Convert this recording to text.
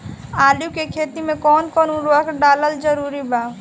आलू के खेती मे कौन कौन उर्वरक डालल जरूरी बा?